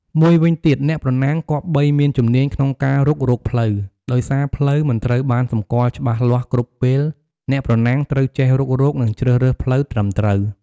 មួយវិញទៀតអ្នកប្រណាំងគប្បីមានជំនាញក្នុងការរុករកផ្លូវ ដោយសារផ្លូវមិនត្រូវបានសម្គាល់ច្បាស់លាស់គ្រប់ពេល អ្នកប្រណាំងត្រូវចេះរុករក និងជ្រើសរើសផ្លូវត្រឹមត្រូវ។